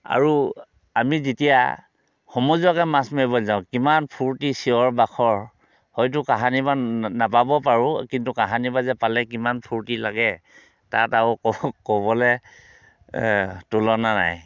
আৰু আমি যেতিয়া সমজুৱাকৈ মাছ মাৰিবলৈ যাওঁ কিমান ফূৰ্তি চিঞৰ বাখৰ হয়টো কাহানিবা নাপাবও পাৰোঁ কিন্তু কাহানিবা যে পালে কিমান ফূৰ্তি লাগে তাত আৰু ক ক'বলৈ তুলনা নাই